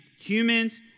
Humans